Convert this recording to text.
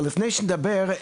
אבל לפני שאנחנו נדבר,